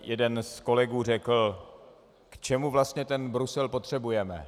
Jeden z kolegů řekl: K čemu vlastně ten Brusel potřebujeme?